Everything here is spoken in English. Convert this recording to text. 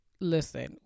listen